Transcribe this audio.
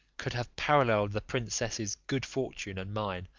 could have paralleled the princess's good fortune and mine,